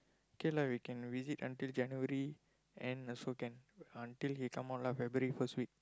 k lah we can visit until January and also can until we come out lah February first week